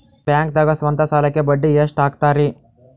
ಬ್ಯಾಂಕ್ದಾಗ ಸ್ವಂತ ಸಾಲಕ್ಕೆ ಬಡ್ಡಿ ಎಷ್ಟ್ ಹಕ್ತಾರಿ?